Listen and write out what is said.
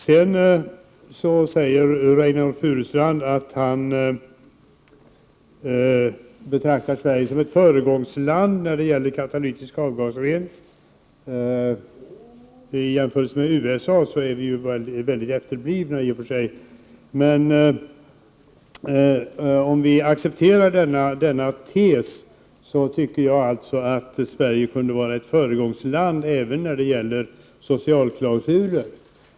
Reynoldh Furustrand sade att han betraktar Sverige som ett föregångsland när det gäller katalytisk avgasrening. I jämförelse med USA är vi ju i och för sig väldigt efterblivna. Om vi dock accepterar denna tes, tycker jag att Sverige också skulle kunna vara ett föregångsland när det gäller socialklausuler.